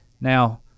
Now